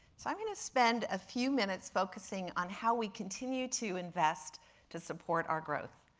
so i'm going to spend a few minutes focusing on how we continue to invest to support our growth,